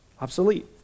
obsolete